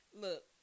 look